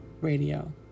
radio